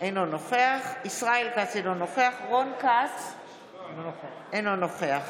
אינו נוכח ישראל כץ, אינו נוכח רון כץ, אינו נוכח